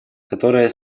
которое